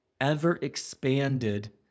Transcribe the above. ever-expanded